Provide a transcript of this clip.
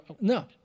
no